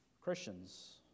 Christians